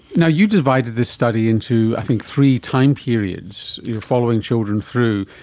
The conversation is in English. you know you divided this study into i think three time periods, following children through,